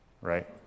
right